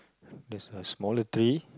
there's a smaller tree